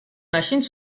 machines